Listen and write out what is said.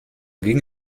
ging